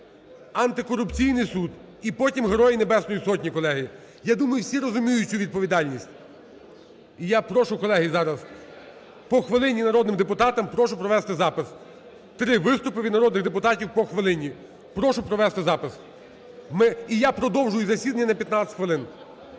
Антикорупційних суд і потім – Герої Небесної Сотні, колеги. Я думаю, всі розуміють цю відповідальність. І я прошу, колеги, зараз по хвилині народним депутатам, прошу провести запис: три виступи від народних депутатів – по хвилині. Прошу провести запис… І я продовжую засідання на 15 хвилин.